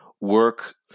work